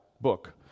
book